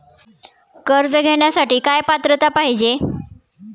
कर्ज घेण्यासाठी काय पात्रता पाहिजे?